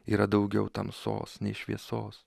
yra daugiau tamsos nei šviesos